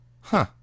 Huh